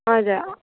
हजुर